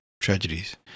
tragedies